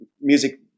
music